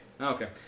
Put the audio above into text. Okay